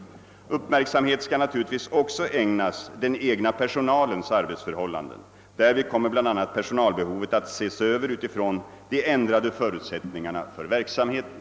Uppmärksamhet skall naturligtvis också ägnas den egna personalens arbetsförhållanden. Därvid kommer bl.a. personalbehovet att ses över utifrån de ändrade förutsättningarna för verksamheten.